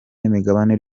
n’imigabane